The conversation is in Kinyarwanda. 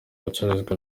bicuruzwa